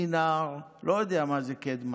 אני נער, לא יודע מה זה קדמה.